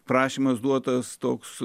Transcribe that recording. prašymas duotas toks